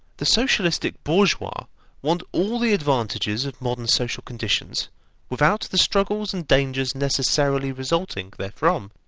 the socialistic bourgeois want all the advantages of modern social conditions without the struggles and dangers necessarily resulting therefrom.